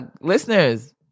listeners